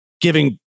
giving